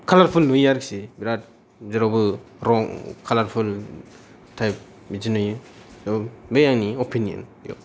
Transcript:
खालारफुल नुयो आरोखि बिराद जेरावबो रं खालारफुल थाइप बिदि नुयो ओब बे आंनि अपेनियोन